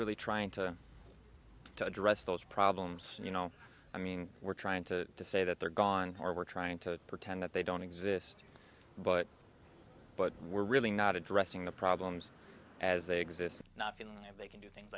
really trying to to address those problems you know i mean we're trying to say that they're gone or we're trying to pretend that they don't exist but but we're really not addressing the problems as they exist or not and they can do things